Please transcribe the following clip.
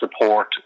support